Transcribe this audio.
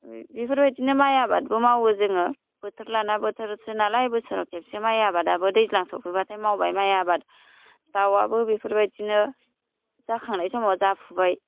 ओमफ्राय बेफोरबायदिनो माइ आबादबो मावो जोङो बोथोर लाना बोथोरसो नालाय बोसोराव खेबसे माइ आबादाबो दैज्लां सफैबाथाय मावबाय माइ आबाद दावआबो बेफोबायदिनो जाखांनाय समाव जाफुबाय